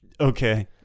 Okay